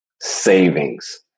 savings